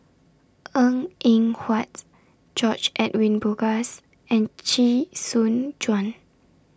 Png Eng Huat George Edwin Bogaars and Chee Soon Juan